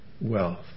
wealth